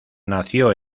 nació